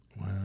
Wow